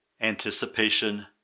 Anticipation